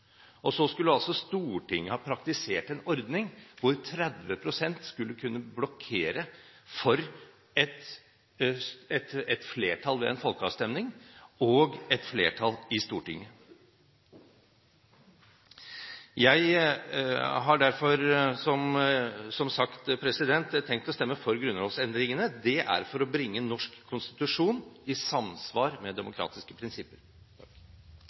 medlemskap. Så skulle altså Stortinget ha praktisert en ordning hvor 30 pst. skulle kunne blokkere for et flertall ved en folkeavstemning og et flertall i Stortinget. Jeg har som sagt tenkt å stemme for grunnlovsendringene. Det er for å bringe norsk konstitusjon i samsvar med demokratiske prinsipper.